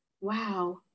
Wow